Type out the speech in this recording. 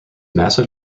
massive